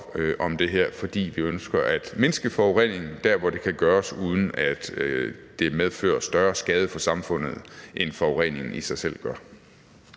om det her, fordi vi ønsker at mindske forureningen der, hvor det kan gøres, uden at det medfører større skade for samfundet, end forureningen i sig selv gør.